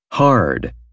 Hard